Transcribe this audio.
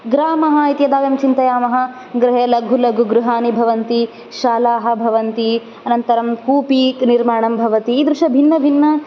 ग्रामः इति यदा वयं चिन्तायामः गृहे लघु लघु गृहाणि भवन्ति शालाः भवन्ति अनन्तरं कूपीनिर्माणं भवति ईदृश भिन्नभिन्न